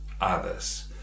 others